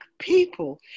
people